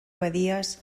badies